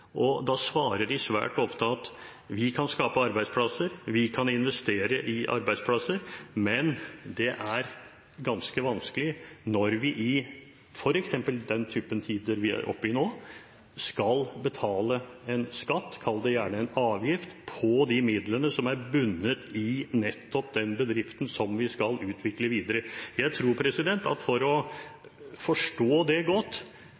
og da svarer de svært ofte at vi kan skape arbeidsplasser, vi kan investere i arbeidsplasser, men det er ganske vanskelig når vi i f.eks. den type tider vi er oppe i nå, skal betale en skatt, kall det gjerne en avgift, på de midlene som er bundet i nettopp den bedriften som vi skal utvikle videre. Jeg tror at for å forstå det godt